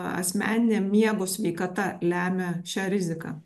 asmeninė miego sveikata lemia šią riziką